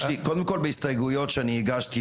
בהסתייגויות שאני הגשתי,